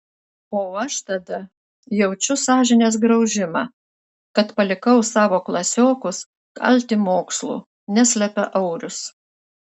o aš tada jaučiu sąžinės graužimą kad palikau savo klasiokus kalti mokslų neslepia aurius